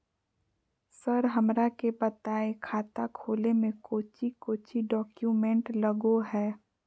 Sir हमरा के बताएं खाता खोले में कोच्चि कोच्चि डॉक्यूमेंट लगो है?